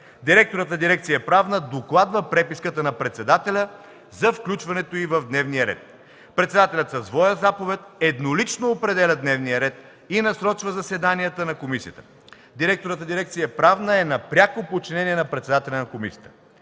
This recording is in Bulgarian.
Директорът на дирекция „Правна” докладва преписката на председателя за включването й в дневния ред. Председателят със своя заповед еднолично определя дневния ред и насрочва заседанията на комисията. Директорът на дирекция „Правна” е на пряко подчинение на председателя на комисията.